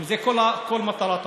אם זה כל מטרת החוק.